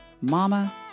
mama